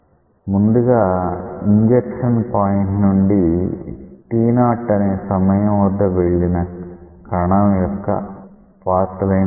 ముందుగా injection point నుండి t0 అనే సమయం వద్ద వెళ్లిన కణం యొక్క పాత్ లైన్ గీద్దాం